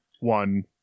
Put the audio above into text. one